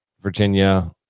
Virginia